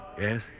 Yes